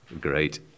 Great